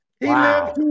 Wow